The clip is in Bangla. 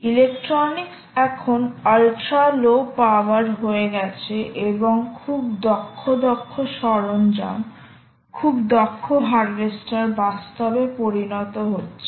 ইলেকট্রনিক্স এখন আল্ট্রা লো পাওয়ার হয়ে গেছে এবং খুব দক্ষ দক্ষ সরঞ্জাম খুব দক্ষ হারভেস্টার বাস্তবে পরিণত হয়েছে